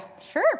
sure